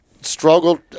struggled